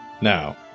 Now